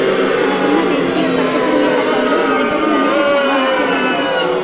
మనకున్న దేశీయ పట్టుపురుగుల రకాల్లో మల్బరీ అనేది చానా ముఖ్యమైనది